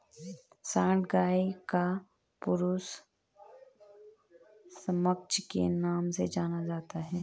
सांड गाय का पुरुष समकक्ष के नाम से जाना जाता है